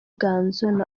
ganzo